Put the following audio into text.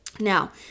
Now